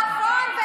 נכון.